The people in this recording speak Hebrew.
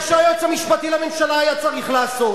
מה שהיועץ המשפטי לממשלה היה צריך לעשות.